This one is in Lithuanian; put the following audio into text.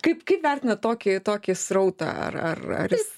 kaip kaip vertinat tokį tokį srautą ar ar jis